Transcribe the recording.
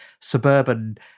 suburban